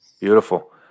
Beautiful